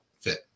fit